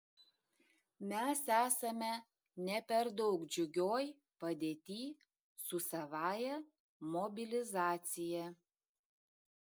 mes esame ne per daug džiugioj padėty su savąja mobilizacija